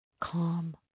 calm